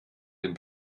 dem